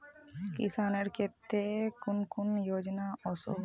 किसानेर केते कुन कुन योजना ओसोहो?